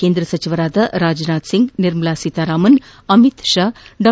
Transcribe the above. ಕೇಂದ್ರ ಸಚಿವರಾದ ರಾಜನಾಥಸಿಂಗ್ ನಿರ್ಮಲಾ ಸೀತಾರಾಮನ್ ಅಮಿತ್ ಷಾ ಡಾ